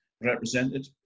represented